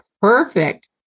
perfect